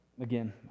again